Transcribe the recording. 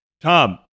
tom